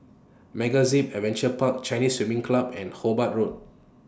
MegaZip Adventure Park Chinese Swimming Club and Hobart Road